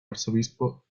arzobispo